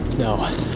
No